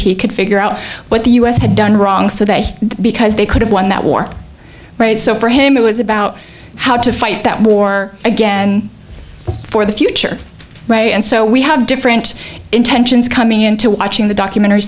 he could figure out what the u s had done wrong so that because they could have won that war right so for him it was about how to fight that war again for the future and so we have different intentions coming into watching the documentary